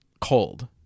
cold